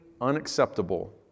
unacceptable